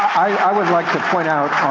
i would like to point out,